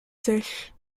sèche